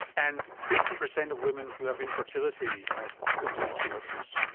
and fifty percent of women who have infertility have endometriosis.